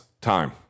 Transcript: time